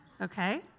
okay